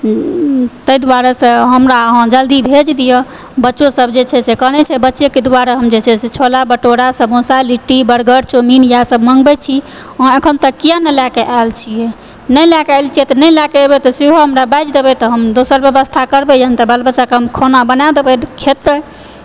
ताहि दुआरेसँ हमरा अहाँ जल्दी भेज दिअ बच्चोसभ जे छै से कानैत छै बच्चेके दुआरे हम जे छै से छोला भठूरा समोसा लिट्टी बर्गर चाउमीन इएहसभ मँगबैत छी अहाँ अखन तक किआ नहि लएके आयल छियै नहि लएके आयल छियै तऽ नहि लएकऽ एबय तऽ सेहो हमरा बाजि देबय तऽ हम दोसर व्यवस्था करबै या नहि तऽ बाल बच्चाकऽ हम खाना बनाय देबय खेतय